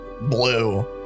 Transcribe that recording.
blue